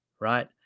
right